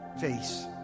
face